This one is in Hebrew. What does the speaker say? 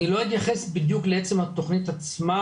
אני לא אתייחס בדיוק לעצם התכנית עצמה,